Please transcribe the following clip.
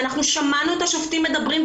ואנחנו שמענו את השופטים מדברים,